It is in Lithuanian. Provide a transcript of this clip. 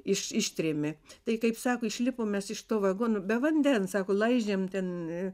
iš ištrėmė tai kaip sako išlipom mes iš tų vagonų be vandens sako laižėm ten